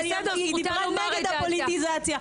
אבל היא דיברה נגד הפוליטיזציה.